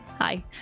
hi